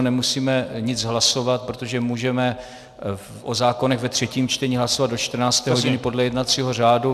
Nemusíme nic hlasovat, protože můžeme o zákonech ve třetím čtení hlasovat do 14. hodiny podle jednacího řádu.